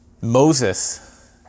Moses